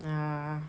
ah